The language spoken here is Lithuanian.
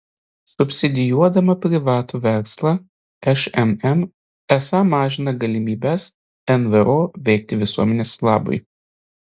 subsidijuodama privatų verslą šmm esą mažina galimybes nvo veikti visuomenės labui